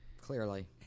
Clearly